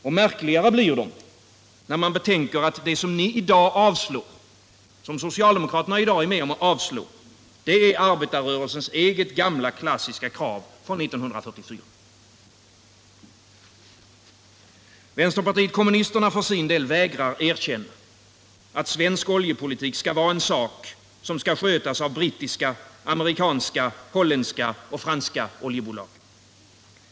Och märkligare blir de när man betänker 93 att det som socialdemokraterna i dag är med om att avslå är arbetarrörelsens eget gamla klassiska krav från 1944. ; Vänsterpartiet kommunisterna för sin del vägrar erkänna att svensk oljepolitik skall vara en sak för brittiska, amerikanska, holländska och franska oljebolag.